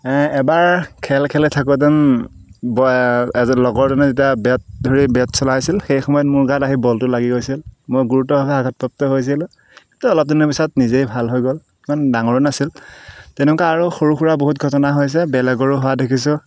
এবাৰ খেল খেলি থাকোতে এজন লগৰজনে যেতিয়া বেট ধৰি বেট চলাইছিল সেইসময়ত মোৰ গাত আহি বলটো লাগি গৈছিল মই গুৰুত্বভাৱে আঘাতপ্ৰাপ্ত হৈছিলো সেইটো অলপদিনৰ পিছত নিজেই ভাল হৈ গ'ল ইমান ডাঙৰো নাছিল তেনেকুৱা আৰু সৰু সৰু বহুত ঘটনা হৈছে বেলেগৰো হোৱা দেখিছোঁ